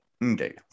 Indeed